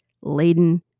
laden